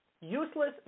useless